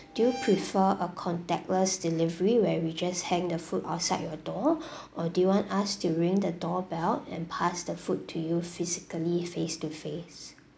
do you prefer a contactless delivery where we just hang the food outside your door or do you want us to ring the doorbell and pass the food to you physically face to face